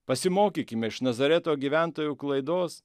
pasimokykime iš nazareto gyventojų klaidos